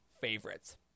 favorites